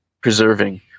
preserving